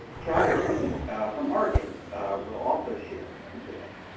chatterjee from oregon will also share with us today.